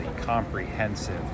comprehensive